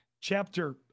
Chapter